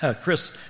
Chris